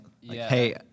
hey